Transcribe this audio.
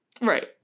Right